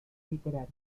literaria